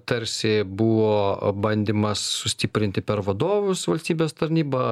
tarsi buvo bandymas sustiprinti per vadovus valstybės tarnybą